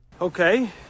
Okay